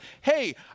hey